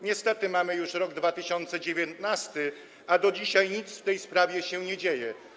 Niestety mamy już rok 2019, a do dzisiaj nic w tej sprawie się nie dzieje.